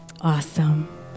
Awesome